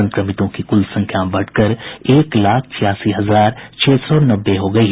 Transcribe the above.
संक्रमितों की कुल संख्या बढ़कर एक लाख छियासी हजार छह सौ नब्बे हो गयी